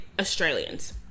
Australians